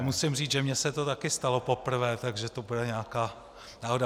Musím říct, že mně se to také stalo poprvé, to bude nějaká náhoda.